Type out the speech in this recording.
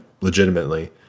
legitimately